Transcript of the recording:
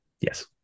Yes